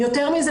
ויותר מזה,